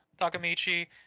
Takamichi